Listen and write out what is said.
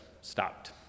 stopped